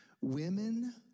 Women